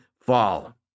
fall